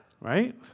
right